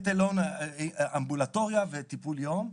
let alone אמבולטוריה וטיפול יום,